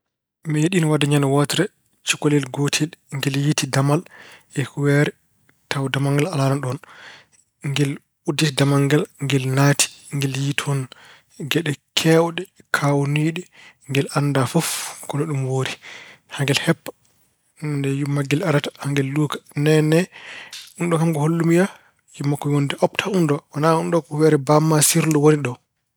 Meeɗiino waɗde ñande wootere cukalel gootel ngel yiytii damal he huɓeere tawa damal ngal alaano ɗoon. Ngel udditi damal ngal, ngel naati. Ngel yiyii toon geɗe keewɗe, kaawniiɗe. Ngel anndaa fof no ɗum woori. Angel heppa nde yumma maggel arata angel luuka «neenee, unɗoo kam ko hollum ya?» Yumma makko wiyi « a oppataa unɗoo, wona unɗoo ko huɓeere baaba ma sirlu woni ɗo.